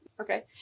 Okay